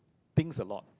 thinks a lot